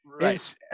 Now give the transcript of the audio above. Right